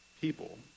people